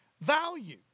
value